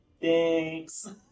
Thanks